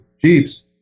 Jeeps